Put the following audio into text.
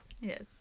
yes